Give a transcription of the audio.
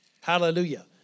Hallelujah